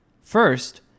First